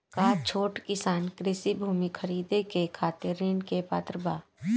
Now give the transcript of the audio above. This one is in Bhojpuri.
का छोट किसान कृषि भूमि खरीदे के खातिर ऋण के पात्र बा?